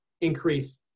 increase